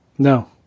No